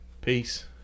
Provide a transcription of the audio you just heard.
Peace